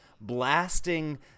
blasting